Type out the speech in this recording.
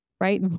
right